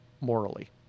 morally